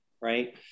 right